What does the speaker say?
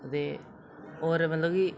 ते होर मतलब कि